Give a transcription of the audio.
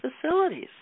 facilities